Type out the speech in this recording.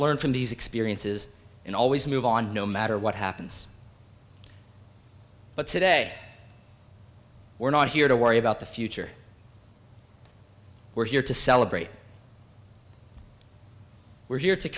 learn from these experiences and always move on no matter what happens but today we're not here to worry about the future we're here to celebrate we're